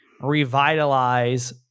revitalize